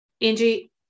Angie